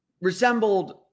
resembled